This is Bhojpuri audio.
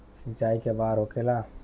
सिंचाई के बार होखेला?